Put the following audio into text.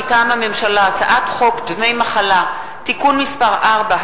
מטעם הממשלה: הצעת חוק דמי מחלה (תיקון מס' 4),